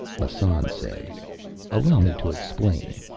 massan said allow me to explain.